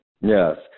yes